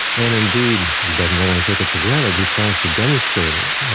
and indeed, he doesn't only take it for granted, he tries to demonstrate it,